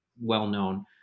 well-known